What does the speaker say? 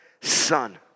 son